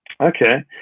Okay